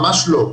ממש לא.